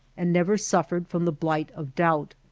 and never suffered from the blight of doubt.